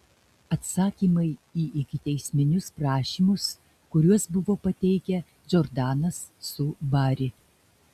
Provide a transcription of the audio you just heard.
atsakymai į ikiteisminius prašymus kuriuos buvo pateikę džordanas su bari